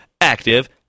Active